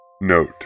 Note